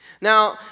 Now